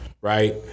right